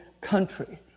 country